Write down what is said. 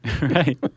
Right